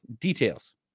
details